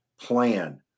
Plan